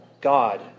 God